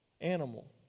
animal